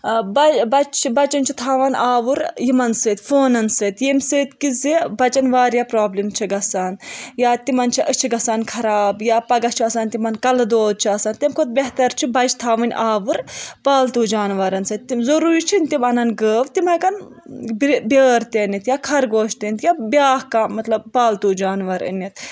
آ با بَچہِ چھِ بَچَن چھِ تھاوان آوُر یِمن سۭتۍ فونَن سۭتۍ ییٚمہِ سۭتۍ کہِ زِ بَچن واریاہ پرابلم چھِ گَژھان یا تِمن چھِ أچھہِ گَژھان خراب یا پَگاہ چھُ آسان تِمن کَلہٕ دود چھُ آسان تیمہِ کھۄتہٕ بہتر چھُ بَچہِ تھاوٕنۍ آوُر پالتو جانوَرن سۭتۍ تِم ضروری چھُنہٕ تِم اَنن گٲو تِم ہٮ۪کَن بر برٲر تہِ أنِتھ یا خرگوش تہِ أنِتھ یا بیاکھ کانہہ پالتو جانور أنِتھ